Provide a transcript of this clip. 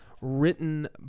written